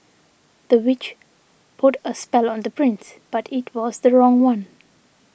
the witch put a spell on the prince but it was the wrong one